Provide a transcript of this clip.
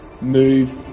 Move